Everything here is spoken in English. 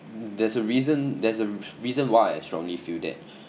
there's a reason there's a reason why I strongly feel that